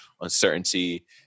uncertainty